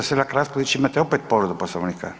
Selak Raspudić, imate opet povredu Poslovnika?